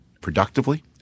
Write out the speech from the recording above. productively